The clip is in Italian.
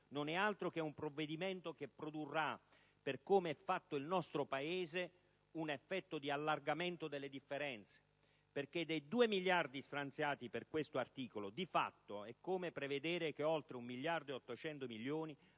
non è altro che un provvedimento che produrrà, per come è fatto il nostro Paese, un effetto di allargamento delle differenze, perché, dei 2 miliardi stanziati per questo articolo, di fatto è come prevedere che oltre 1 miliardo e 800 milioni